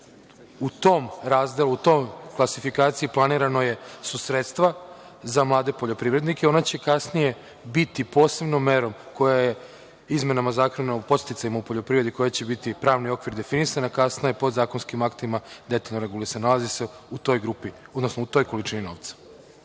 u tom razdelu, u toj klasifikaciji planirana su sredstva za mlade poljoprivrednike. Ona će kasnije biti posebnom merom, koja je izmenama zakona o podsticajima u poljoprivredi koja će biti pravnim okvirom definisana, kasnije pravnim podzakonskim aktima detaljno regulisana, nalazi se u toj grupi, odnosno